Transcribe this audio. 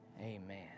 amen